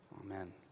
Amen